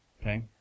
Okay